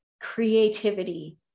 creativity